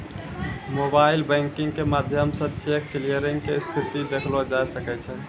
mobile banking के माध्यमो से चेक क्लियरिंग के स्थिति देखलो जाय सकै छै